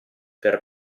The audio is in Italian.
per